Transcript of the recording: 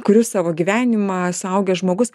kuriu savo gyvenimą suaugęs žmogus